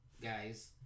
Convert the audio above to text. guys